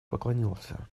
поклонился